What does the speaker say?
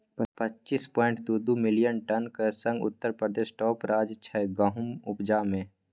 पच्चीस पांइट दु दु मिलियन टनक संग उत्तर प्रदेश टाँप राज्य छै गहुमक उपजा मे